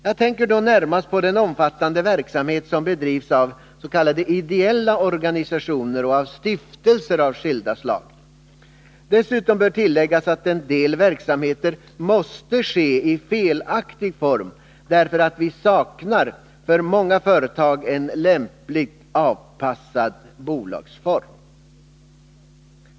Jag tänker då närmast på den omfattande verksamhet som bedrivs av s.k. ideella organisationer och stiftelser av skilda slag. Dessutom bör tilläggas att en del verksamheter måste ske i felaktig form därför att vi för många företag saknar en lämpligt avpassad bolagsform.